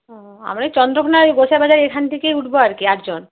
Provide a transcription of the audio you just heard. ওহ আমরা এই চন্দ্রকোণায় গোসাইবাজার এখান থেকেই উঠবো আর কি আটজন